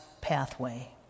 pathway